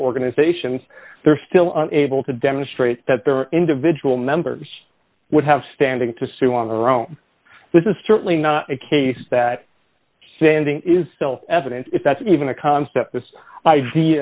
organizations they're still able to demonstrate that their individual members would have standing to sue on their own this is certainly not a case that standing is self evident if that's even a concept this ide